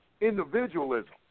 individualism